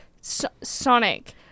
Sonic